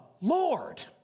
Lord